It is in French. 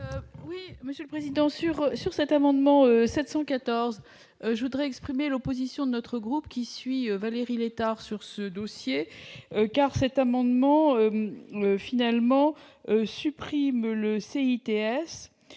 Oui, Monsieur le Président sur sur cet amendement 714 je voudrais exprimer l'opposition notre. Ce groupe qui suit, Valérie Létard sur ce dossier car cet amendement finalement supprime le ITS